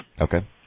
Okay